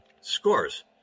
scores